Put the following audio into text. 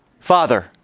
Father